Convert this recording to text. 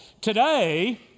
Today